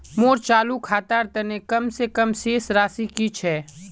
मोर चालू खातार तने कम से कम शेष राशि कि छे?